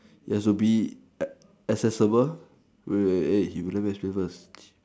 it has to be accessible wait wait wait you let me explain first